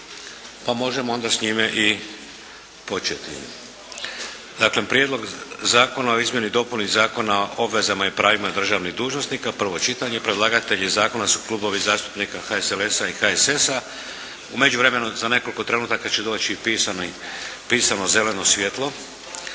pa možemo onda s njime i početi. - Prijedlog zakona o izmjeni i dopuni Zakona o obvezama i pravima državnih dužnosnika – Predlagatelji klubovi zastupnika HSLS-a i HSS-a, prvo čitanje P.Z. br. 775 U međuvremenu za nekoliko trenutaka će doći i pisano zeleno svjetlo.